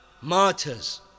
martyrs